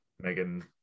megan